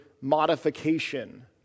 modification